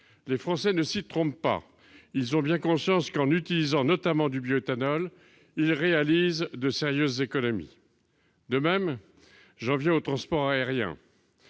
Les Français ne s'y trompent pas : ils ont bien conscience qu'en utilisant notamment du bioéthanol, ils réalisent de sérieuses économies. De même, j'en viens au transport aérien